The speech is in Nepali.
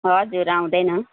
हजुर आउँदैन